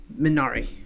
Minari